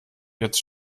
jetzt